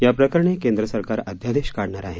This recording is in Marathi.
या प्रकरणी केंद्र सरकार अध्यादेश काढणार आहे